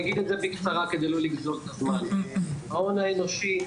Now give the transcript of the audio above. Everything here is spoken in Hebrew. ההון האנושי,